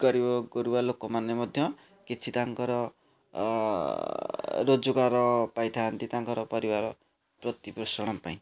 ଗରୀବଗୁରୁବା ଲୋକମାନେ ମଧ୍ୟ କିଛି ତାଙ୍କର ରୋଜଗାର ପାଇଥାନ୍ତି ତାଙ୍କର ପରିବାର ପ୍ରତିପୋଷଣ ପାଇଁ